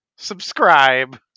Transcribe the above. Subscribe